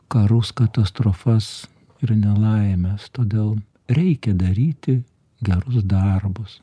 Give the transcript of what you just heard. karus katastrofas ir nelaimes todėl reikia daryti gerus darbus